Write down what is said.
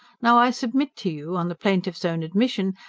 now i submit to you, on the plaintiff's own admission,